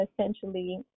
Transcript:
essentially